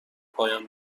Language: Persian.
پایان